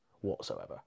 whatsoever